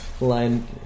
Line